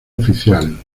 oficial